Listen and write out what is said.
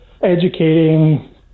educating